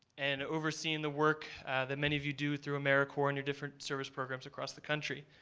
and overseeing the work that many of you do through americorps under different service programs across the country.